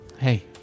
Hey